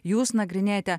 jūs nagrinėjate